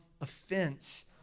offense